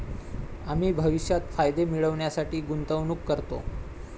आम्ही भविष्यात फायदे मिळविण्यासाठी गुंतवणूक करतो